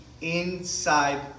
inside